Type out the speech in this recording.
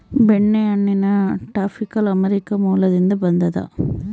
ಬೆಣ್ಣೆಹಣ್ಣಿನ tropical America ಮೂಲದಿಂದ ಬಂದದ